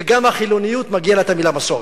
וגם החילוניות מגיעה לה המלה מסורת.